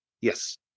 Yes